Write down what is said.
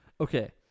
Okay